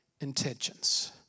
intentions